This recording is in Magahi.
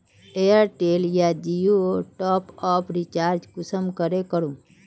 एयरटेल या जियोर टॉपअप रिचार्ज कुंसम करे करूम?